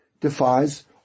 defies